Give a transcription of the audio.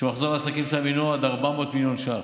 שמחזור העסקים שלהם הוא עד 400 מיליון ש"ח.